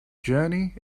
journey